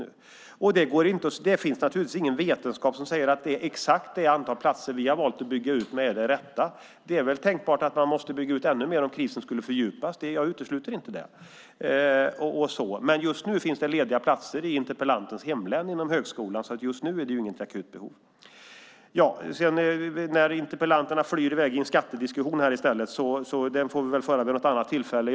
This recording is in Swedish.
Naturligtvis finns det ingen vetenskap som säger att exakt det antal platser som vi valt att bygga ut med är det rätta. Det är tänkbart att man måste bygga ut ännu mer om krisen fördjupas; jag utesluter inte det. Men just nu finns det lediga platser i interpellantens hemlän när det gäller högskolan så just nu är behovet där inte akut. Interpellanten och meddebattören flyr här i väg i en skattediskussion, men den får vi väl föra vid ett annat tillfälle.